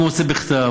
אם הוא רוצה בכתב,